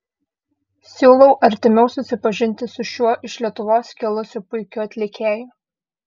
siūlau artimiau susipažinti su šiuo iš lietuvos kilusiu puikiu atlikėju